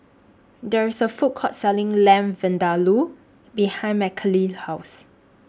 There IS A Food Court Selling Lamb Vindaloo behind Mckinley's House